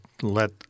Let